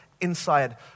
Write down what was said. inside